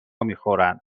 میخورن